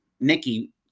Nikki